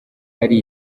ari